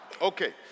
Okay